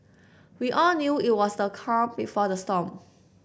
we all knew it was the calm before the storm